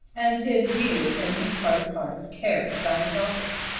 and did really in his heart of hearts care about his office.